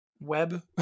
web